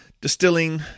distilling